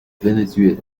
venezuela